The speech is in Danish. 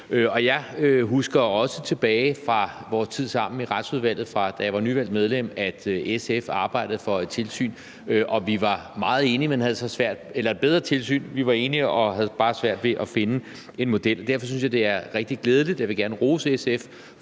Jeg husker også tilbage fra vores tid sammen i Retsudvalget, da jeg var nyvalgt medlem, at SF arbejdede for et bedre tilsyn, og vi var meget enige, men havde bare svært ved at finde en model. Derfor synes jeg, det er rigtig glædeligt, og jeg vil gerne rose SF